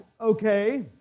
okay